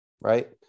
right